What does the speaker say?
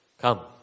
Come